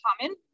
common